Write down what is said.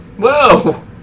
Whoa